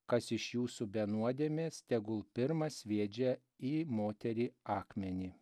kas iš jūsų be nuodėmės tegul pirmas sviedžia į moterį akmenį